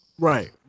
Right